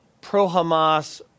pro-Hamas